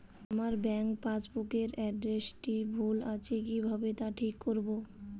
আমার bank passbook এর এড্রেসটি ভুল আছে কিভাবে তা ঠিক করবো?